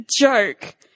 joke